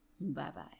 Bye-bye